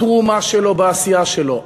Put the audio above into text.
בתרומה שלו, בעשייה שלו.